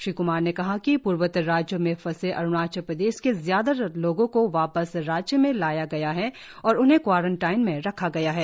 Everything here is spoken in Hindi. श्री क्मार ने कहा कि पूर्वोत्तर राज्यों में फंसे अरुणाचल प्रदेश के ज्यादातर लोगों को वापस राज्य में लाया गया है और उन्हें क्वारंटाइन में रखा गया है